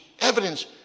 evidence